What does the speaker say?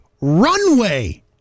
runway